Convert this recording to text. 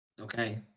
okay